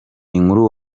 inkuru